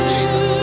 Jesus